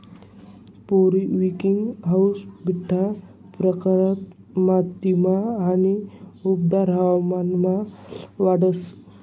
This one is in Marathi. पेरिविंकल हाऊ बठ्ठा प्रकार मातीमा आणि उबदार हवामानमा वाढस